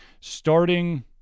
starting